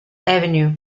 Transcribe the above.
avenue